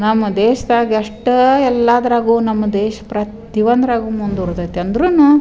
ನಮ್ಮ ದೇಶ್ದಾಗೆ ಎಷ್ಟು ಎಲ್ಲಾದರಾಗು ನಮ್ಮ ದೇಶ ಪ್ರತಿ ಒಂದರಾಗು ಮುಂದ್ವರ್ದೈತೆ ಅಂದ್ರು